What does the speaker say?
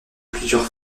plusieurs